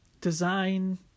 design